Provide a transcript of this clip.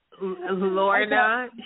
Lorna